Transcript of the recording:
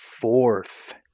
fourth